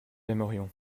aimerions